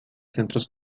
centros